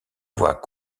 voit